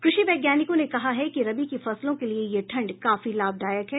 कृषि वैज्ञानिकों ने कहा है कि रबी की फसलों के लिए यह ठंड काफी लाभदायक है